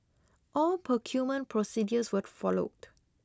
all procurement procedures were followed